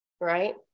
right